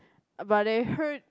but they heard